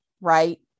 right